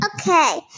Okay